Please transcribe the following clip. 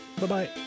Bye-bye